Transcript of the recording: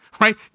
right